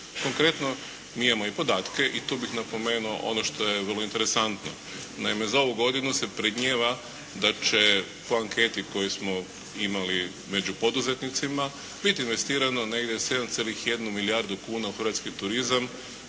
Konkretno, mi imamo i podatke i tu bih napomenuo ono što je vrlo interesantno. Naime, za ovu godinu se predmijeva da će po anketi koju smo imali među poduzetnicima biti investirano negdje 7,1 milijardu kuna u hrvatski turizam,